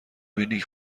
میبینی